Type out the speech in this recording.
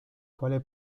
quale